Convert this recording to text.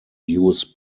use